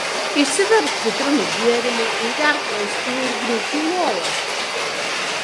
išsivirk citrinų gėrimo išgerk vaistų ir griūk į lovą